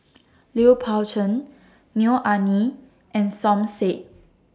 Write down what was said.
Lui Pao Chuen Neo Anngee and Som Said